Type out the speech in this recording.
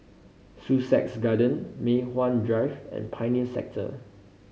Sussex Garden Mei Hwan Drive and Pioneer Sector